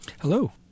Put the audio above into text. Hello